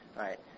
right